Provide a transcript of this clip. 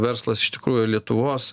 verslas iš tikrųjų lietuvos